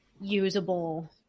usable